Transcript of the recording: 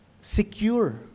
secure